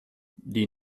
die